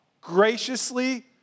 graciously